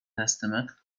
estimate